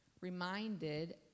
reminded